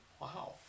Wow